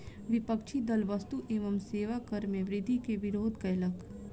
विपक्षी दल वस्तु एवं सेवा कर मे वृद्धि के विरोध कयलक